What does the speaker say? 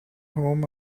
home